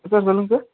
sir சொல்லுங்கள் sir